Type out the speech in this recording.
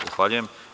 Zahvaljujem.